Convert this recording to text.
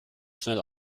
schnell